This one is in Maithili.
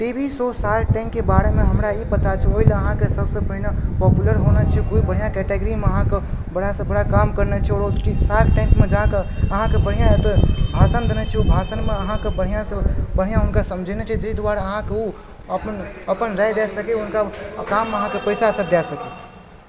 टी वी शो शार्क टैंकके बारेमे हमरा ई पता छै ओहिला अहाँकेँ सबसँ पहिने पोपुलर होना छै कोइ बढ़िआँ कटेगरीमे अहाँकेँ बड़ा से बड़ा काम करना छै शार्क टैंकमे जाके अहाँकेँ बढ़िआँ ओतय भाषण देनाइ छै ओ भाषणमे अहाँकेँ बढ़िआँसे बढ़िआँ हुनका समझेनाइ छै जाहि दुआरे अहाँकेँ ओ अपन राय दए सकय हुनका काममे अहाँकेँ पैसासभ दए सकय